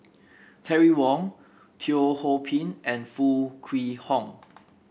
Terry Wong Teo Ho Pin and Foo Kwee Horng